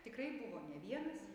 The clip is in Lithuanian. tikrai buvo ne vienas